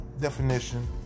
definition